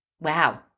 wow